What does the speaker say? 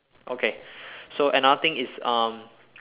okay so another thing is um